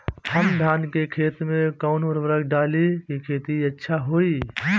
हम धान के खेत में कवन उर्वरक डाली कि खेती अच्छा होई?